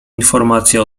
informacje